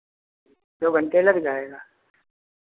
दो घंटे लग जाएगा